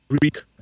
Greek